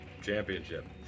Championship